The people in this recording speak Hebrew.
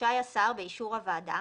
רשאי השר באישור הוועדה,